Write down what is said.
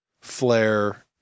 flare